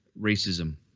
racism